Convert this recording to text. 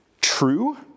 true